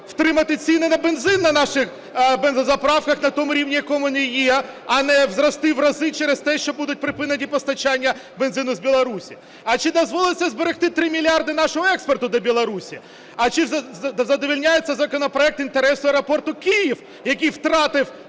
втримати ціни на бензин на наших бензозаправках на тому рівні, на якому вони є, а не зрости в рази через те, що будуть припинені постачання бензину з Білорусі? А чи дозволить це зберегти 3 мільярди нашого експорту до Білорусі? А чи задовольняє цей законопроект інтереси аеропорту "Київ", який втратив